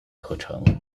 课程